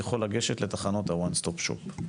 יכול לגשת לתחנות ה-"One Stop Shop".